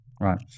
Right